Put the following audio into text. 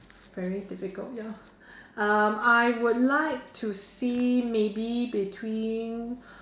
very difficult ya um I would like to see maybe between